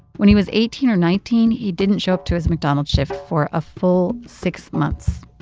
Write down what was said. when he was eighteen or nineteen, he didn't show up to his mcdonald's shift for a full six months.